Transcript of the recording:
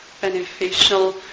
beneficial